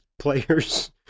players